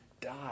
die